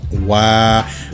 wow